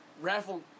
Raffle